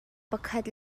pakhat